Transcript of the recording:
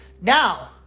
now